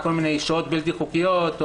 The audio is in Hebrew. שוהות בלתי חוקיות,